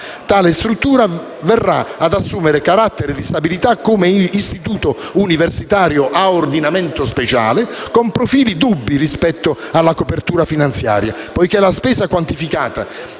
Tale struttura verrà ad assumere carattere di stabilità come istituto universitario a ordinamento speciale, con profili dubbi rispetto alla copertura finanziaria, poiché la spesa quantificata